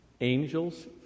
angels